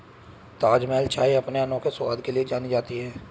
ताजमहल चाय अपने अनोखे स्वाद के लिए जानी जाती है